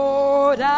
Lord